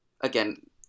again